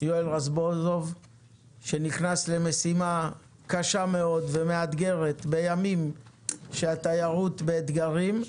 יואל רזבוזוב שנכנס למשימה קשה ומאתגרת בימים שהתיירות באתגרים.